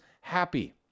happy